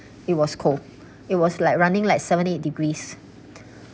it was cold it was like running like seven eight degrees